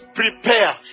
prepare